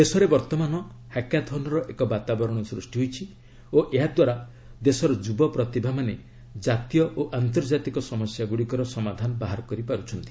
ଦେଶରେ ବର୍ତ୍ତମାନ ହାକାଥନ୍ର ଏକ ବାତାବରଣ ସୃଷ୍ଟି ହୋଇଛି ଓ ଏହାଦ୍ୱାରା ଦେଶର ଯୁବ ପ୍ରତିଭାମାନେ ଜାତୀୟ ଓ ଆନ୍ତର୍ଜାତିକ ସମସ୍ୟା ଗୁଡ଼ିକର ସମାଧାନ ବାହାର କରିପାରୁଛନ୍ତି